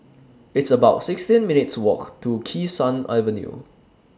It's about sixteen minutes' Walk to Kee Sun Avenue